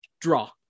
Draw